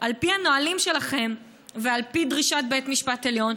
על פי הנהלים שלכם ועל פי דרישת בית המשפט העליון,